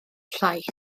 llais